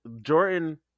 Jordan